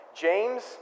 James